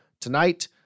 tonight